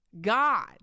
God